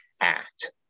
act